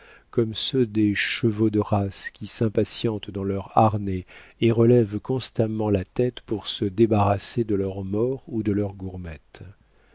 comme ceux des chevaux de race qui s'impatientent dans leurs harnais et relèvent constamment la tête pour se débarrasser de leur mors ou de leurs gourmettes